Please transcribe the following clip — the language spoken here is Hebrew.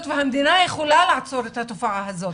והמדינה יכולה לעצור את התופעה הזאת.